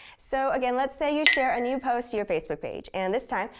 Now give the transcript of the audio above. so, again, let's say you share a new post to your facebook page, and this time,